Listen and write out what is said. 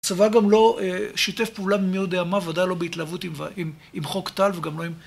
הצבא גם לא שיתף פעולה מי יודע מה, ודאי לא בהתלהבות, עם חוק טל וגם לא עם...